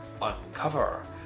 Uncover